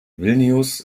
vilnius